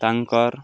ତାଙ୍କର୍